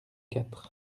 quatre